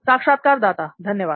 साक्षात्कारदाता धन्यवाद